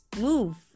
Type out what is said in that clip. Move